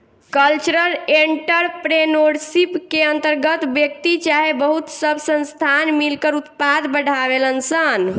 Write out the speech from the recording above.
cultural entrepreneurship के अंतर्गत व्यक्ति चाहे बहुत सब संस्थान मिलकर उत्पाद बढ़ावेलन सन